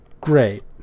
great